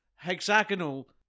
hexagonal